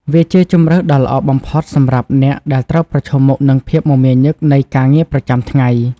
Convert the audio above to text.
វាជាជម្រើសដ៏ល្អបំផុតសម្រាប់អ្នកដែលត្រូវប្រឈមមុខនឹងភាពមមាញឹកនៃការងារប្រចាំថ្ងៃ។